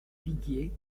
viguier